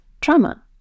trauma